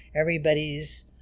everybody's